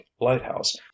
lighthouse